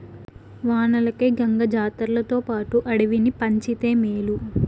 వానలకై గంగ జాతర్లతోపాటు అడవిని పంచితే మేలు